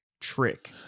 Trick